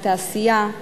התעשייה,